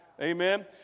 Amen